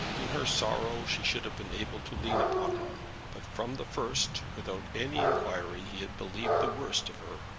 in her sorrow she should have been able to lean upon him but from the first, without any inquiry, he had believed the worst of her,